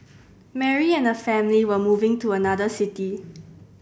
Mary and her family were moving to another city